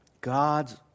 God